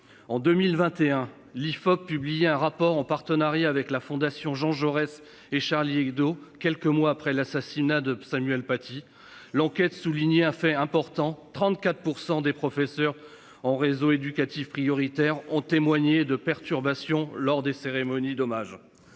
en 2021, l'IFOP publié un rapport en partenariat avec la fondation Jean Jaurès et Charlie Hebdo. Quelques mois après l'assassinat de Samuel Paty l'enquête souligner fait important, 34% des professeurs en réseau éducatif prioritaires ont témoigné de perturbations lors des cérémonies d'hommage.